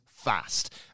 Fast